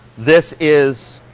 this is